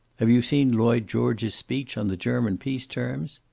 have you seen lloyd george's speech on the german peace terms?